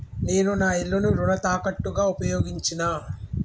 నేను నా ఇల్లును రుణ తాకట్టుగా ఉపయోగించినా